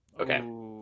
Okay